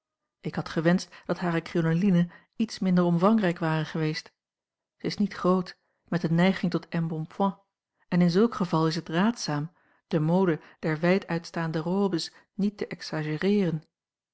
ik had gewenscht dat hare crinoline iets minder omvangrijk ware geweest zij is niet groot met eene neiging tot embonpoint en in zulk geval is het raadzaam de mode der wijd uitstaande robes niet te